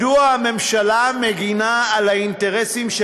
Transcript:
מדוע הממשלה מגִנה על האינטרסים של